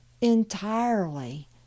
entirely